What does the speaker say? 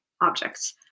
objects